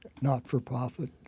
not-for-profit